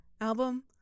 album